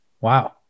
Wow